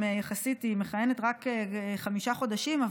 היא מכהנת רק כחמישה חודשים,